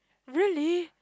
really